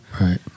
Right